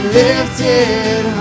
lifted